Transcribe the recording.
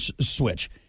switch